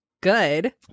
good